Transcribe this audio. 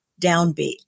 downbeat